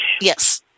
Yes